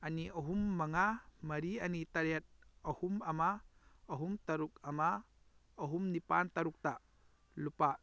ꯑꯅꯤ ꯑꯍꯨꯝ ꯃꯉꯥ ꯃꯔꯤ ꯑꯅꯤ ꯇꯔꯦꯠ ꯑꯍꯨꯝ ꯑꯃ ꯑꯍꯨꯝ ꯇꯔꯨꯛ ꯑꯃ ꯑꯍꯨꯝ ꯅꯤꯄꯥꯜ ꯇꯔꯨꯛꯇ ꯂꯨꯄꯥ